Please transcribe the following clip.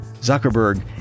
Zuckerberg